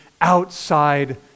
outside